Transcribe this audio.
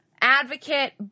advocate